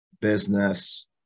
business